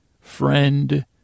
friend